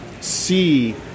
see